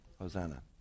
Hosanna